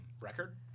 record